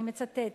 אני מצטטת: